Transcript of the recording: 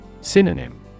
Synonym